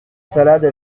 salade